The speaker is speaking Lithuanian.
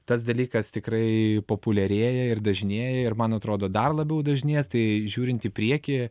tas dalykas tikrai populiarėja ir dažnėja ir man atrodo dar labiau dažnės tai žiūrint į priekį